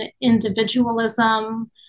individualism